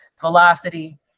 velocity